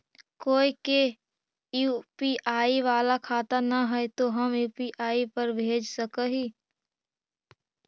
कोय के यु.पी.आई बाला खाता न है तो हम यु.पी.आई पर भेज सक ही?